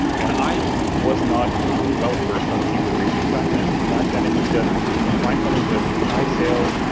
and i was not well versed on keyword research back then. back then, it was just find something with high sales,